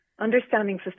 understanding